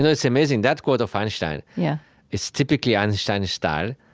it's amazing that quote of einstein yeah is typically einstein's style.